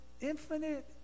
infinite